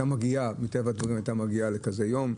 מטבע הדברים הייתה מגיעה לכזה יום.